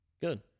Good